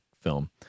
film